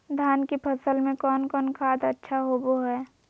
धान की फ़सल में कौन कौन खाद अच्छा होबो हाय?